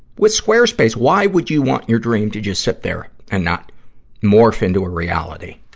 with squarespace. why would you want your dream to just sit there and not morph into a reality?